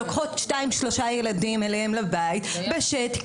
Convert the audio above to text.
הן לוקחות שניים-שלושה ילדים אליהן הביתה בשקט,